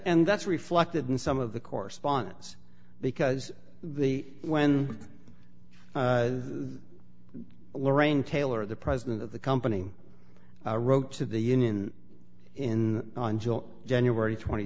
and that's reflected in some of the correspondence because the when lorraine taylor the president of the company wrote to the union in until january twenty